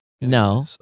No